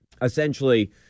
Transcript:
Essentially